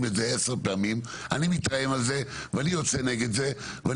את זה עשר פעמים אני מתרעם על זה ואני יוצא נגד זה.